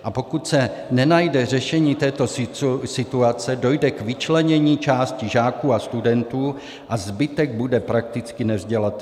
A pokud se nenajde řešení této situace, dojde k vyčlenění části žáků a studentů a zbytek bude prakticky nevzdělatelný.